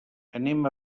anem